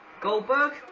Goldberg